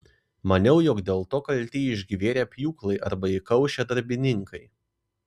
maniau jog dėl to kalti išgverę pjūklai arba įkaušę darbininkai